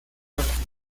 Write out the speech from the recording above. norte